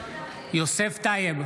יוסף טייב,